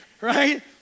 right